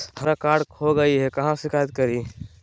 हमरा कार्ड खो गई है, कहाँ शिकायत करी?